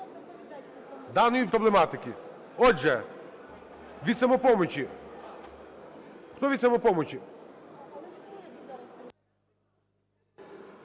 даної проблематики. Отже, від "Самопомочі". Хто від "Самопомочі"?